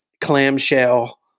clamshell